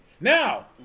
Now